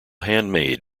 handmade